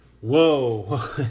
Whoa